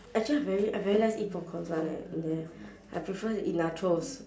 actually I very I very less eat popcorns one eh in there I prefer to eat nachos